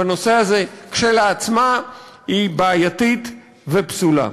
בנושא הזה כשלעצמה היא בעייתית ופסולה.